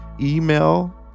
email